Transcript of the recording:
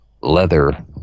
leather